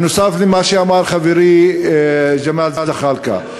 נוסף על מה שאמר חברי ג'מאל זחאלקה.